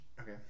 okay